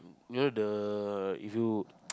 near the you